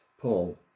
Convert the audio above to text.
Paul